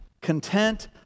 content